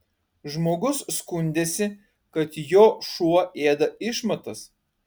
žmogus skundėsi kad jo šuo ėda išmatas